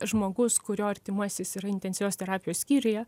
žmogus kurio artimasis yra intensyvios terapijos skyriuje